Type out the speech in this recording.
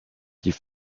die